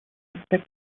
inspect